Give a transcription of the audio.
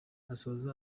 asoza